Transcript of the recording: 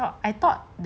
I thought